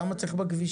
למה צריך בכבישים?